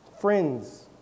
Friends